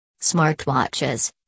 Smartwatches